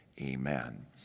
amen